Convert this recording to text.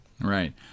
Right